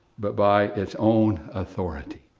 but by its own authority.